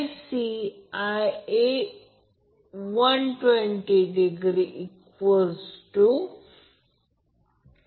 तर ते line voltage phase voltage आहे